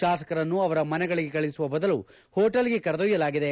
ಶಾಸಕರನ್ನು ಅವರ ಮನೆಗಳಿಗೆ ಕಳುಹಿಸುವ ಬದಲು ಹೋಟೆಲ್ಗೆ ಕರೆದೊಯ್ನಲಾಗಿದೆ